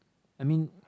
I mean